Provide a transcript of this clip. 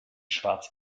schwarz